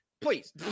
please